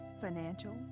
financial